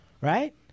Right